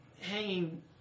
hanging